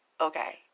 okay